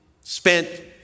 spent